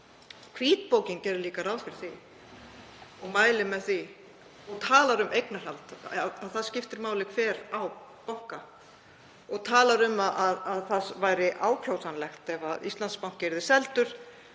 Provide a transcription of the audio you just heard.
Hvítbókin gerir líka ráð fyrir því. Hún mælir með því og talar um eignarhald, það skipti máli hver á bankann, og talar um að það væri ákjósanlegt ef Íslandsbanki yrði seldur